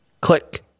click